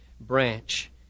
branch